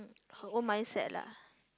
her own mindset lah